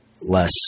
less